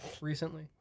recently